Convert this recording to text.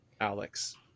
alex